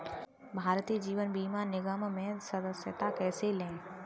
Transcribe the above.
भारतीय जीवन बीमा निगम में सदस्यता कैसे लें?